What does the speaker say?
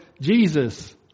Jesus